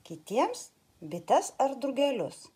kitiems bites ar drugelius